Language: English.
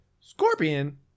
Scorpion